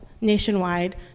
nationwide